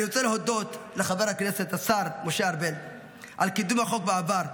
אני רוצה להודות לחבר הכנסת השר משה ארבל על קידום החוק בעבר,